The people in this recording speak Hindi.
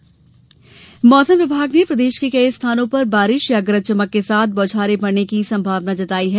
मौसम मौसम विभाग ने प्रदेश के कई स्थानों पर बारिश या गरज चमक के साथ बौछारें पड़ने की संभावना जताई है